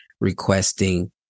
requesting